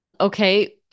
okay